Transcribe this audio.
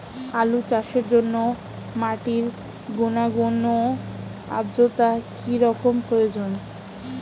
আলু চাষের জন্য মাটির গুণাগুণ ও আদ্রতা কী রকম প্রয়োজন?